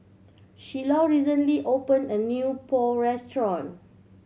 Shiloh recently opened a new Pho restaurant